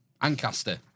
Ancaster